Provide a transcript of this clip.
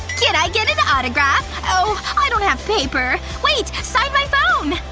can i get an autograph? oh, i don't have paper. wait! sign my phone!